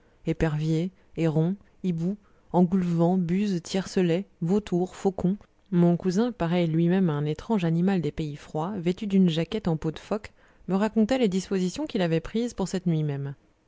éperviers hérons hiboux engoulevents buses tiercelets vautours faucons mon cousin pareil lui même à un étrange animal des pays froids vêtu d'une jaquette en peau de phoque me racontait les dispositions qu'il avait prises pour cette nuit même